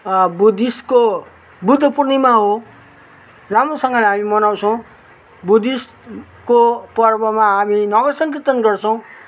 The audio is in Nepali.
बुद्धिस्टको बुद्ध पूर्णिमा हो राम्रोसँग हामी मनाउँछौँ बुद्धिस्टको पर्वमा हामी नवसङ्घ कीर्तन गर्छौँ